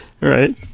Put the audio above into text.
Right